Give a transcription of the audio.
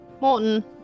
Morton